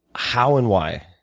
how and why?